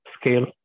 scale